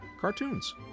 cartoons